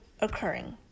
occurring